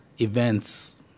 events